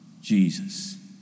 Jesus